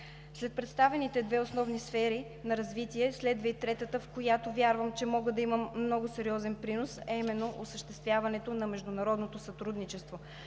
След представените две основни сфери на развитие, следва и третата, в която вярвам, че мога да имам много сериозен принос, а именно осъществяването на международното сътрудничество.